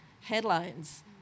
headlines